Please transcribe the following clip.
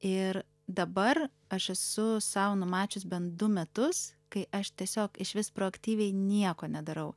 ir dabar aš esu sau numačius bent du metus kai aš tiesiog išvis proaktyviai nieko nedarau